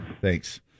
Thanks